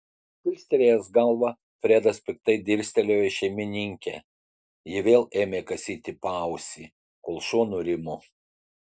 kilstelėjęs galvą fredas piktai dirstelėjo į šeimininkę ji vėl ėmė kasyti paausį kol šuo nurimo